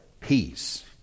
peace